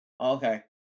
Okay